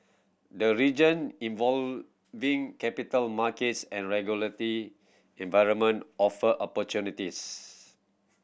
the region evolving capital markets and regulatory environment offer opportunities